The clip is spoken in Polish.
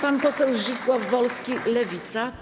Pan poseł Zdzisław Wolski, Lewica.